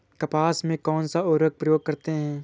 कपास में कौनसा उर्वरक प्रयोग करते हैं?